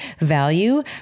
value